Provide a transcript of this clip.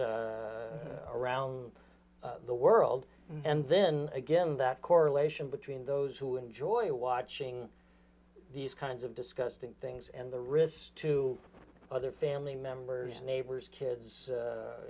times around the world and then again that correlation between those who enjoy watching these kinds of disgusting things and the risks to other family members neighbors kids